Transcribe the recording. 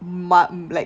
mm like